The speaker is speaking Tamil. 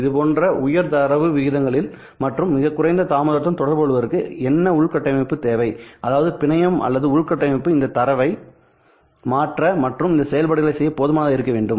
இது போன்ற உயர் தரவு விகிதங்களில் மற்றும் மிகக் குறைந்த தாமதத்துடன் தொடர்புகொள்வதற்கு என்ன உள்கட்டமைப்பு தேவை அதாவது பிணையம் அல்லது உள்கட்டமைப்பு இந்த தரவை மாற்ற மற்றும் இந்த செயல்பாடுகளைச் செய்ய போதுமானதாக இருக்க வேண்டும்